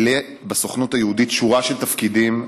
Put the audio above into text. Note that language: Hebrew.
מילא בסוכנות היהודית שורה של תפקידים,